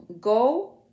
go